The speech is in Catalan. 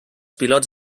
pilots